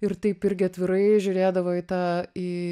ir taip irgi atvirai žiūrėdavo į tą į